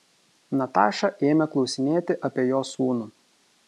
nataša ėmė klausinėti apie jo sūnų